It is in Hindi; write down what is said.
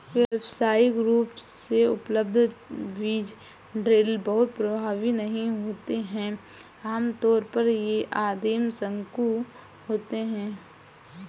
व्यावसायिक रूप से उपलब्ध बीज ड्रिल बहुत प्रभावी नहीं हैं आमतौर पर ये आदिम शंकु होते हैं